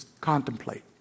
contemplate